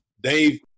Dave